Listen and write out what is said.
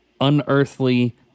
unearthly